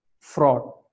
fraud